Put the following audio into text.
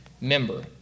member